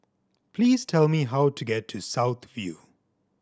please tell me how to get to South View